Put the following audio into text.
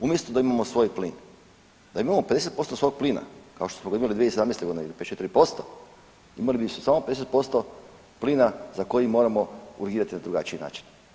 Umjesto da imamo svoj plin, da imamo 50% svog plina kao što smo ga imali 2017. godine ili 54% imali bismo samo 50% plina za koji moramo urgirati na drugačiji način.